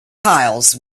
piles